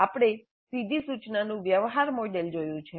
આપણે સીધી સૂચનાનું વ્યવહાર મોડેલ જોયું છે